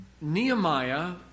Nehemiah